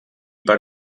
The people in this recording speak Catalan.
per